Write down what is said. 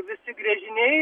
visi gręžiniai